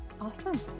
Awesome